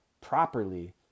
properly